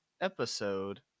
episode